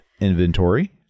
inventory